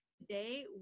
today